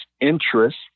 interest